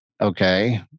Okay